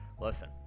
listen